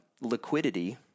liquidity